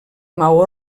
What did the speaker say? maó